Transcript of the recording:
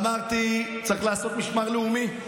אמרתי שצריך לעשות משמר לאומי,